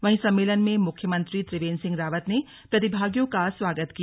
वहीं सम्मेलन में मुख्यमंत्री त्रिवेन्द्र सिंह रावत ने प्रतिभागियों का स्वागत किया